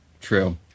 True